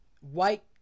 white